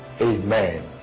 Amen